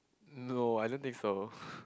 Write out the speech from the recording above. no I don't think so